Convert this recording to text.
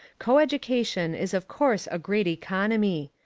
coeducation is of course a great economy.